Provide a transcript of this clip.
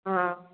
ହଁ